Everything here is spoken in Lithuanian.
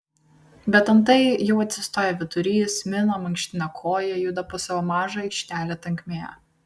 bet antai jau atsistoja vyturys mina mankština koją juda po savo mažą aikštelę tankmėje